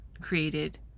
created